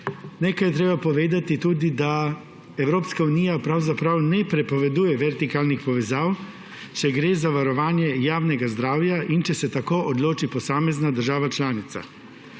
Nekaj je treba povedati tudi o tem, da Evropska unija pravzaprav ne prepoveduje vertikalnih povezav, če gre za varovanje javnega zdravja in če se tako odloči posamezna država članica.